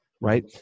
right